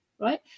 right